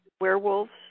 werewolves